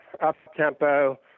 up-tempo